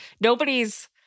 nobody's